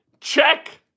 check